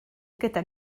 gyda